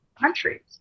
countries